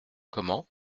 comment